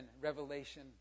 Revelation